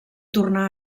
tornar